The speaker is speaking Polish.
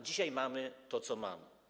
Dzisiaj mamy to, co mamy.